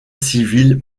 civiles